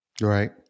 Right